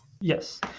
Yes